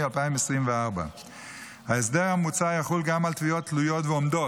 2024. ההסדר המוצע יחול גם על תביעות תלויות ועומדות,